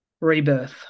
rebirth